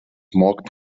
marked